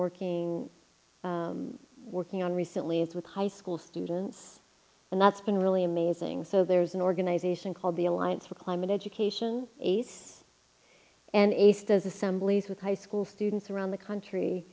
working working on recently is with high school students a lot's been really amazing so there's an organization called the alliance for climate education ace and ace those assemblies with high school students around the country